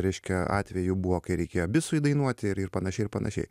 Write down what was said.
reiškia atvejų buvo kai reikėjo bisui dainuoti ir ir panašiai ir panašiai